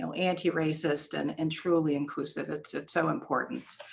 so anti-racist and and truly inclusive. it's so important.